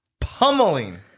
pummeling